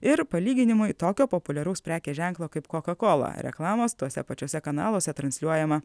ir palyginimui tokio populiaraus prekės ženklo kaip coca cola reklamos tuose pačiuose kanaluose transliuojama